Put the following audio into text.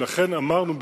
ולכן אמרנו,